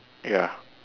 ya